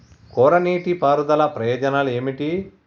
కోరా నీటి పారుదల ప్రయోజనాలు ఏమిటి?